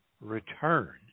return